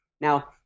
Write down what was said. Now